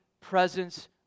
presence